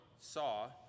saw